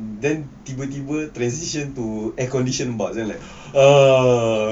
then tiba-tiba transition to air condition bus then like ah